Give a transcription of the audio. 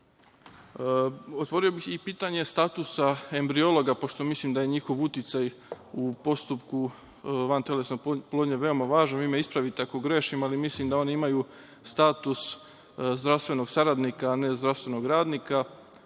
zapadu. Otvorio bih i pitanje statusa embriologa, pošto mislim da je njihov uticaj u postupku vantelesne oplodnje veoma važan. Vi me ispravite ako grešim ali mislim da oni imaju status zdravstvenog saradnika, a ne zdravstvenog radnika.